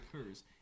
occurs